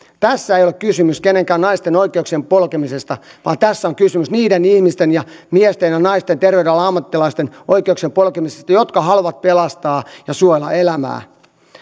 tässä ei ole kysymys kenenkään naisen oikeuksien polkemisesta vaan tässä on kysymys niiden ihmisten miesten ja naisten terveydenhuollon ammattilaisten oikeuksien polkemisesta jotka haluavat pelastaa ja suojella elämää